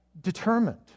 determined